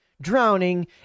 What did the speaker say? drowning